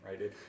right